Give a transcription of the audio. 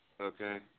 Okay